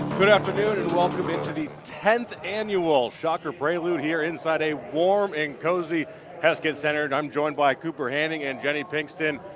good afternoon. and welcome in to the tenth annual shocker prelude inside a warm and cozy heskett center. i'm joined by cooper hanning and jenny pinkston.